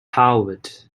howard